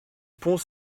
pont